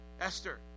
Esther